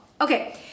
okay